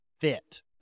fit